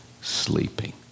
sleeping